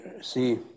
see